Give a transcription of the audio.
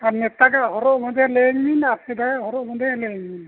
ᱟᱨ ᱱᱮᱛᱟᱨᱟᱜ ᱦᱚᱨᱚᱜ ᱵᱟᱸᱫᱮ ᱞᱟᱹᱭ ᱟᱹᱧ ᱵᱤᱱ ᱟᱨ ᱥᱮᱫᱟᱭᱟᱜ ᱦᱚᱨᱚᱜ ᱵᱟᱸᱫᱮ ᱞᱟᱹᱭ ᱟᱹᱧ ᱵᱤᱱ